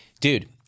dude